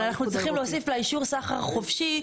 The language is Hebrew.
אבל אנחנו צריכים להוסיף לאישור סחר חופשי,